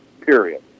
period